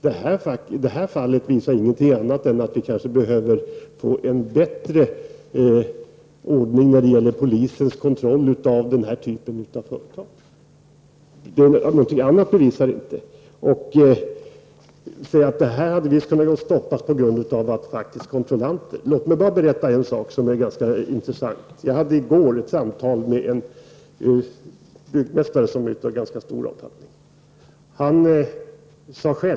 Det här fallet visar ingenting annat än att vi kanske behöver få en bättre ordning när det gäller polisens kontroll av denna typ av företag. Det går inte att säga att det här hade kunnat stoppas med hjälp av fackets kontrollanter. Låt mig bara berätta en ganska intressant sak. I går hade jag ett samtal med en rätt stor byggmästare.